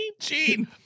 Gene